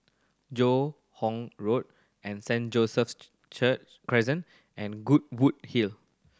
Joo Hoon Road Saint John's church Crescent and Goodwood Hill